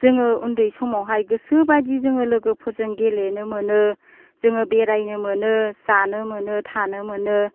जोङो उन्दै समावहाय गोसो बादि जोङो लोगोफोरजों गेलेनो मोनो जोङो बेरायनो मोनो जानो मोनो थानो मोनो